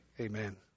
Amen